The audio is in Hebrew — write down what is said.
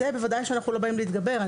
בוודאי שאנחנו לא באים להתגבר על זה.